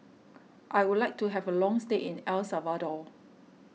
I would like to have a long stay in El Salvador